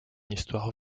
histoire